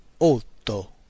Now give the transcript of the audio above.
otto